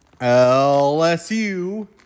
LSU